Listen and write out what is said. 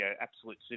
absolute